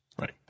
Right